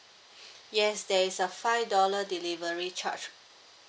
yes there is a five dollar delivery charge